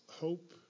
hope